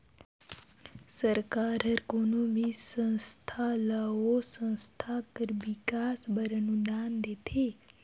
सरकार हर कोनो भी संस्था ल ओ संस्था कर बिकास बर अनुदान देथे